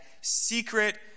secret